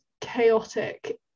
chaotic